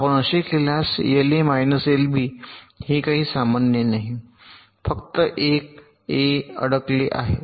तर आपण असे केल्यास एलए मायनस एलबी हे काही सामान्य नाही फक्त 1 ए अडकले आहे